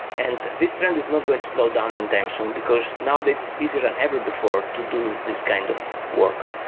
and this trend is not going to slow down anytime soon, because nowadays it's easier than ever before to do this kind of work.